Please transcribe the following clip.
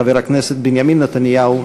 חבר הכנסת בנימין נתניהו,